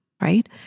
right